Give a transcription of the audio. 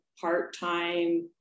part-time